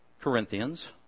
Corinthians